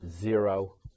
zero